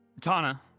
Tana